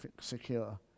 secure